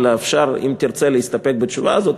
אפשר, אם תרצה להסתפק בתשובה הזאת.